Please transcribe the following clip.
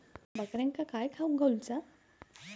बकऱ्यांका काय खावक घालूचा?